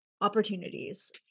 opportunities